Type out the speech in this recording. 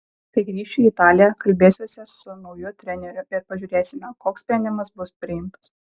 kai grįšiu į italiją kalbėsiuosi su nauju treneriu ir pažiūrėsime koks sprendimas bus priimtas